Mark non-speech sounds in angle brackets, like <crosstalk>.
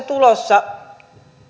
<unintelligible> tulossa